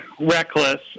reckless